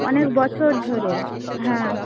অনেক বছর ধরে হ্যাঁ